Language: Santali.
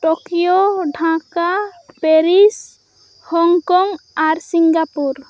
ᱴᱳᱠᱤᱭᱳ ᱰᱷᱟᱠᱟ ᱯᱮᱨᱤᱥ ᱦᱚᱝᱠᱚᱝ ᱟᱨ ᱥᱤᱝᱜᱟᱯᱩᱨ